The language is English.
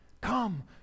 Come